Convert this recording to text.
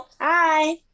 Hi